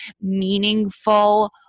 meaningful